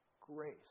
grace